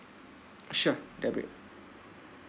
sure that will